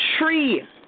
tree